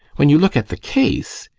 when you look at the case,